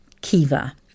Kiva